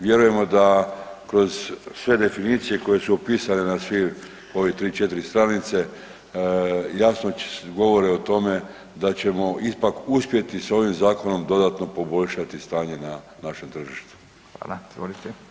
Vjerujemo da kroz sve definicije koje su opisane na sve ove 3-4 stranice jasno govore o tome da ćemo ipak uspjeti s ovim zakonom dodatno poboljšati stanje na našem tržištu.